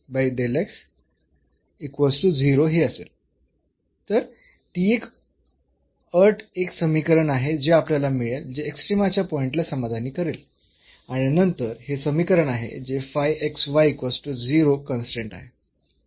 तर ती एक अट एक समीकरण आहे जे आपल्याला मिळेल जे एक्स्ट्रीमाच्या पॉईंटला समाधानी करेल आणि नंतर हे समीकरण आहे जे कन्स्ट्रेन्ट आहे